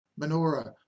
menorah